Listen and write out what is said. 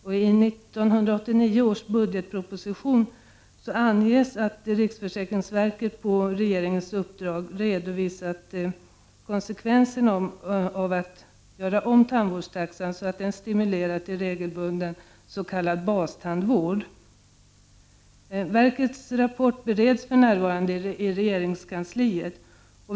I 1989 års budgetproposition anges att riksförsäkringsverket på regeringens uppdrag redovisat konsekvenserna av att göra om tandvårdstaxan så att den stimulerar till regelbunden s.k. bastandvård. Verkets rapport bereds för närvarande i regeringskansliet.